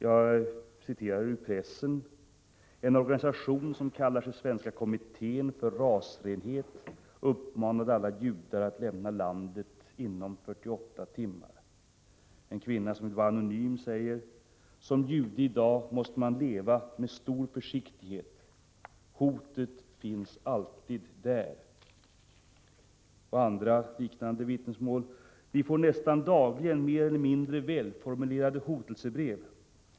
Jag citerar ur pressen: ”En organisation som kallar sig Svenska kommittén för rasrenhet uppmanade alla judar att lämna landet inom 48 timmar.” En kvinna som vill vara anonym säger: ”Som jude i dag måste man leva med stor försiktighet. Hotet finns alltid där.” Det finns andra, liknande vittnesmål: ”Vi får nästan dagligen mer eller mindre välformulerade hotelsebrev.